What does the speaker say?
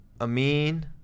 Amin